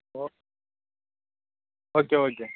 okay okay okay